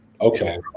Okay